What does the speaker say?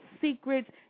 secrets